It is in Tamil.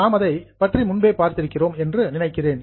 நாம் அதைப் பற்றி முன்பே பார்த்திருக்கிறோம் என்று நினைக்கிறேன்